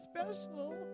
special